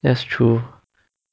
that's true